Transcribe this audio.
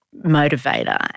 motivator